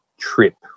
trip